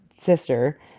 sister